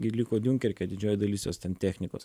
gi liko diunkerke didžioji dalis jos ten technikos